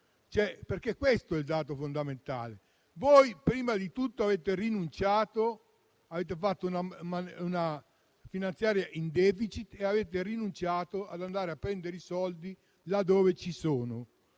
Questo è il dato fondamentale. Voi prima di tutto avete fatto una manovra in *deficit* e avete rinunciato a prendere i soldi là dove ci sono.